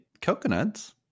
coconuts